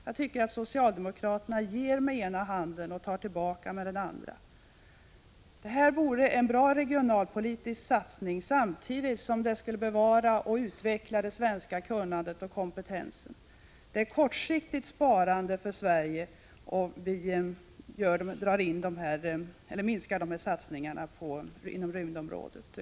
Jag tycker att socialdemokraterna ger med ena handen och tar tillbaka med den andra. Detta vore en bra regionalpolitisk satsning, samtidigt som det skulle bevara och utveckla det svenska kunnandet och den svenska kompetensen. Det innebär ett kortsiktigt sparande för Sverige om vi minskar satsningarna inom rymdområdet.